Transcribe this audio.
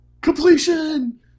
Completion